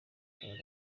gusaba